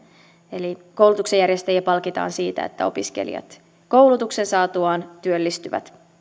eli koulutuksen järjestäjiä palkitaan siitä että opiskelijat koulutuksen saatuaan työllistyvät